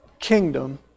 kingdom